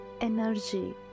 energy